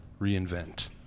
Reinvent